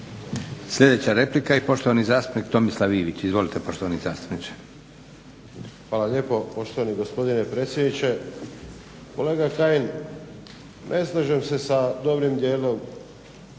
Hvala lijepo poštovani gospodine predsjedniče. Kolega Kajin, ne slažem se sa dobrim dijelom